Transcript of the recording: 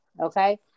okay